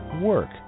Work